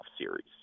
series